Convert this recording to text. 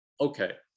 okay